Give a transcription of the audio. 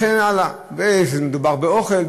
וכן הלאה, ומדובר באוכל.